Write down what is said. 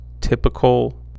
typical